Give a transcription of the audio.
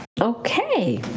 Okay